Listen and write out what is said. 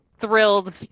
thrilled